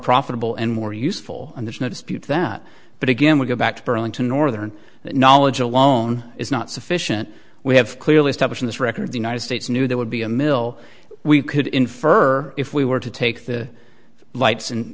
profitable and more useful and there's no dispute that but again we go back to burlington northern knowledge alone is not sufficient we have clearly established this record the united states knew there would be a mill we could infer if we were to take the lights